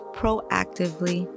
proactively